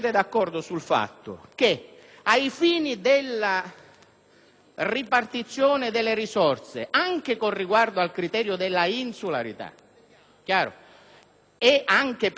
ripartizione delle risorse, anche con riguardo al criterio della insularità e per garantire diritti costituzionalmente garantiti, come